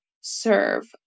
serve